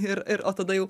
ir ir tada jau